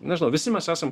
nežinau visi mes esam